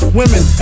women